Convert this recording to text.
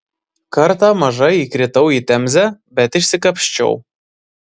kartą maža įkritau į temzę bet išsikapsčiau